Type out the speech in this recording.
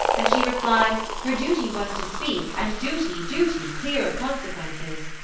and she replied, her duty was to speak, and duty duty, clear of consequences.